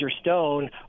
Stone